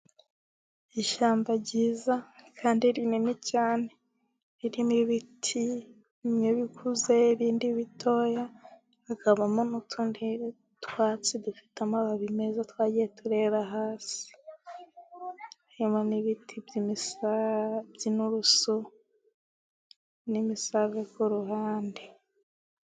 Ishyamba ryiza, kandi rinini cyane, ririmo ibiti bimwe bikuze, ibindi bitoya, hakabamo n'utundi twatsi dufite amababi meza twagiye tureba hasi, harimo n'ibiti by'inturusu n'imisave ku ruhande.